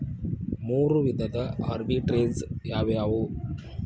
ಮೂರು ವಿಧದ ಆರ್ಬಿಟ್ರೆಜ್ ಯಾವವ್ಯಾವು?